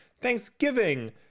Thanksgiving